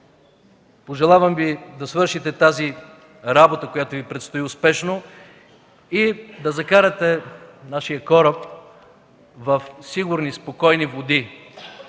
Пожелавам Ви да свършите тази работа, която Ви предстои, успешно и да закарате нашия кораб в сигурни и спокойни води,